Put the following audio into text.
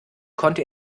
konnte